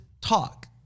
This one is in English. talk